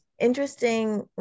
interesting